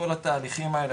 כל התהליכים האלה,